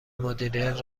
مدیریت